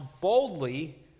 boldly